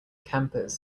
campers